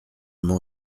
m’en